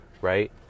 right